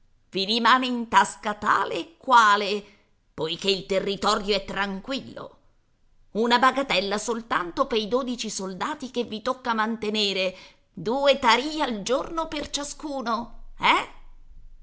i rimane in tasca tale e quale poiché il territorio è tranquillo una bagattella soltanto pei dodici soldati che vi tocca mantenere due tarì al giorno per ciascuno eh